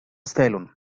salon